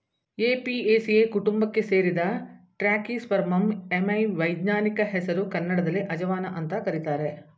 Apiaceae ಕುಟುಂಬಕ್ಕೆ ಸೇರಿದ Trachyspermum ammi ವೈಜ್ಞಾನಿಕ ಹೆಸರು ಕನ್ನಡದಲ್ಲಿ ಅಜವಾನ ಅಂತ ಕರೀತಾರೆ